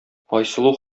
айсылу